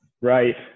Right